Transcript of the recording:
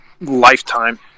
lifetime